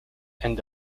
and